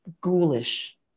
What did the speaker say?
ghoulish